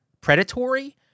predatory